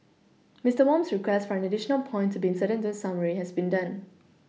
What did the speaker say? Mister Wham's request for an additional point to be inserted into the summary has been done